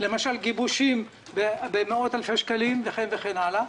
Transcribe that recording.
למשל גיבושים במאות אלפי שקלים וכן הלאה,